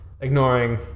ignoring